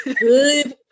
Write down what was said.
good